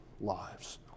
lives